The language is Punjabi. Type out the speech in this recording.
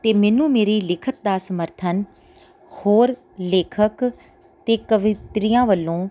ਅਤੇ ਮੈਨੂੰ ਮੇਰੀ ਲਿਖਤ ਦਾ ਸਮਰਥਨ ਹੋਰ ਲੇਖਕ ਅਤੇ ਕਵਿੱਤਰੀਆਂ ਵੱਲੋਂ